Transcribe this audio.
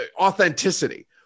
authenticity